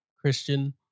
Christian